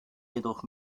jedoch